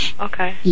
okay